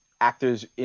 Actors